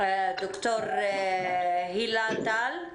ד"ר הילה טל.